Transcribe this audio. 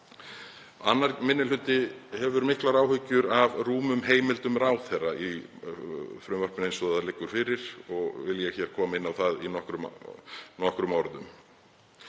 Annar minni hluti hefur miklar áhyggjur af rúmum heimildum ráðherra í frumvarpinu eins og það liggur fyrir og vil ég koma inn á það í nokkrum orðum.